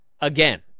again